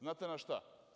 Znate na šta?